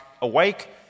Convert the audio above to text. awake